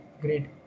great